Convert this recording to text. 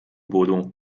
bodo